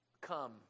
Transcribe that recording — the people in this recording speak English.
come